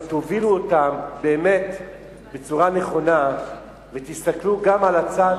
אבל תובילו אותם באמת בצורה נכונה ותסתכלו גם על הצד